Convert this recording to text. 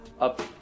up